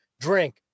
drink